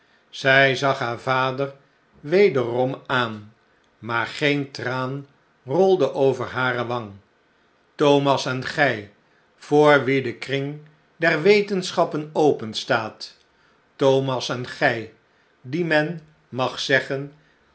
zij zag haar vader wederom aan maar geen traan rolde over hare wang thomas en gij voor wie de kring der weten wat zou mijnheee bounderby wel zeggen schappen openstaat thomas en gij die men mag zeggen